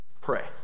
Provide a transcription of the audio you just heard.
Pray